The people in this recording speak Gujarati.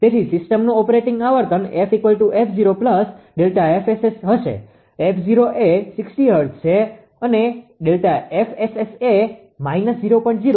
તેથી સિસ્ટમનુ ઓપરેટિંગ આવર્તન f 𝑓0 ΔFSS હશે 𝑓0 એ 60 હર્ટ્ઝ છે અને ΔFSS એ 0